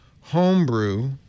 homebrew